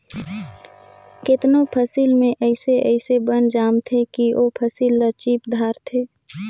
केतनो फसिल में अइसे अइसे बन जामथें कि ओ फसिल ल चीप धारथे